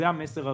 זה המסר הראשון.